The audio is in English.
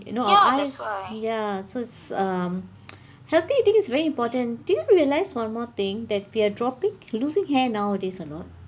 you know all I ya so it's um healthy eating is very important do you realise one more thing that we're dropping losing hair nowadays or not